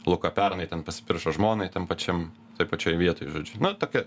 luka pernai ten pasipiršo žmonai tem pačiam toj pačioj vietoj žodžiu nu tokia